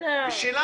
קיבלתי.